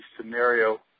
scenario